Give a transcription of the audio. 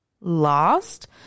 lost